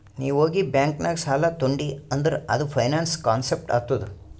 ನೀ ಹೋಗಿ ಬ್ಯಾಂಕ್ ನಾಗ್ ಸಾಲ ತೊಂಡಿ ಅಂದುರ್ ಅದು ಫೈನಾನ್ಸ್ ಕಾನ್ಸೆಪ್ಟ್ ಆತ್ತುದ್